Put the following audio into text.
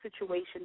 situation